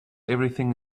everything